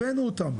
אנחנו הבאנו אותם,